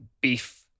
beef